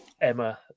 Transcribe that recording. Emma